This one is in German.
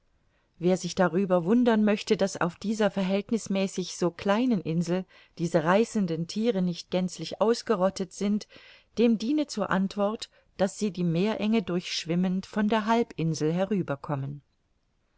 wer sich darüber wundern möchte daß auf dieser verhältnißmäßig so kleinen insel diese reißenden thiere nicht gänzlich ausgerottet sind dem diene zur antwort daß sie die meerenge durchschwimmend von der halbinsel